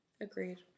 Agreed